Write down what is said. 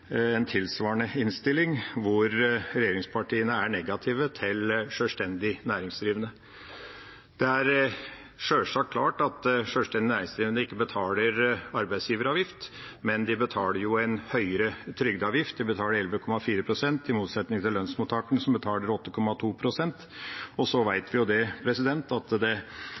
en tilsvarende innstilling, hvor regjeringspartiene er negative til sjølstendig næringsdrivende. Det er sjølsagt klart at sjølstendig næringsdrivende ikke betaler arbeidsgiveravgift, men de betaler jo en høyere trygdeavgift. De betaler 11,4 pst., i motsetning til lønnsmottakerne som betaler 8,2 pst. Vi vet at det